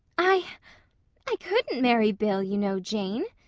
i i couldn't marry bill, you know, jane,